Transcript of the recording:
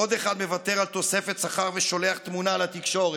עוד אחד מוותר על תוספת שכר ושולח תמונה לתקשורת,